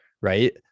Right